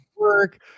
Work